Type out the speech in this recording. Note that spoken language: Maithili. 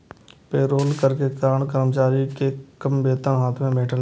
पेरोल कर के कारण कर्मचारी कें कम वेतन हाथ मे भेटै छै